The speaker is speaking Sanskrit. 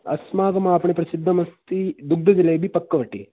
अस्माकमापणे प्रसिद्धमस्ति दुग्धजलेबी पक्वटि